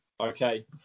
Okay